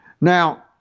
Now